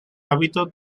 hábito